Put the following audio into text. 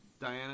Diana